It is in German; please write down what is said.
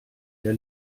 der